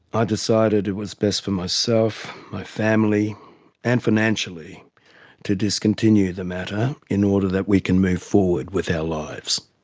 i decided it was best for myself, my family and financially to discontinue the matter in order that we can move forward with our lives.